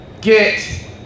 get